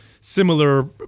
similar